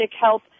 health